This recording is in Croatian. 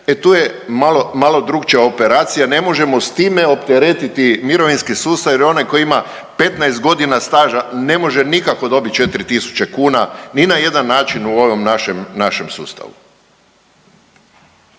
E tu je malo drukčija operacija. Ne možemo s time opteretiti mirovinski sustav ili onaj koji ima 15 godina staža ne može nikako dobiti 4000 kuna ni na jedan način u ovom našem sustavu.